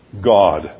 God